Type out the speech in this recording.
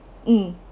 mm